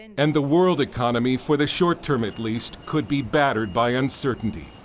and the world economy, for the short-term at least, could be battered by uncertainty.